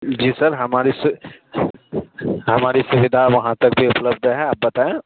جی sir ہماری ہماری سویدھا وہاں تک بھی اپلبدھ ہے آپ بتائیں